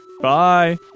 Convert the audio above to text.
Bye